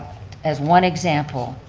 as one example,